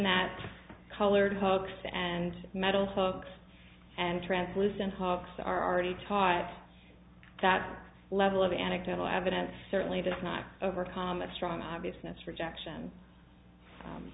that colored hooks and metal hooks and translucent hawks are already taught that level of anecdotal evidence certainly does not overcome a strong obviousness rejection